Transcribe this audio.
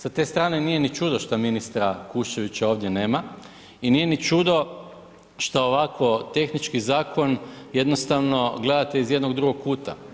Sa te strane, nije ni čudo što ministra Kuščevića ovdje nema i nije ni čudo što ovakvo tehnički zakon jednostavno gledate iz jednog drugog kuta.